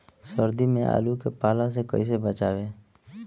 सर्दी में आलू के पाला से कैसे बचावें?